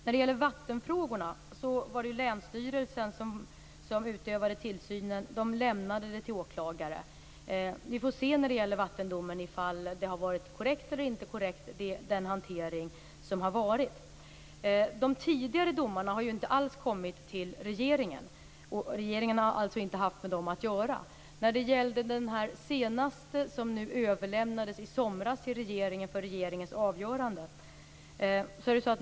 När det gäller vattenfrågorna var det länsstyrelsen som utövade tillsynen. De lämnade över det till åklagare. Vi får se vad gäller vattendomen om den hantering som skett har varit korrekt eller inte. De tidigare domarna har inte alls kommit till regeringen. Regeringen har alltså inte haft med dem att göra. Den senaste överlämnades i somras till regeringen för regeringens avgörande.